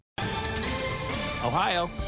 Ohio